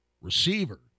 receiver